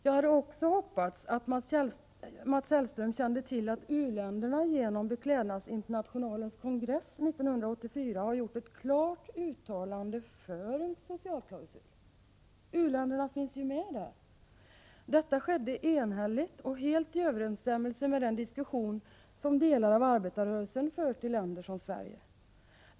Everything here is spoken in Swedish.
Jag hade också hoppats att Mats Hellström kände till att u-länderna genom Beklädnadsinternationalens kongress 1984 har gjort ett klart uttalande för en socialklausul. U-länderna finns ju med där. Detta skedde enhälligt och helt i överensstämmelse med den diskussion som delar av arbetarrörelsen fört i länder som Sverige.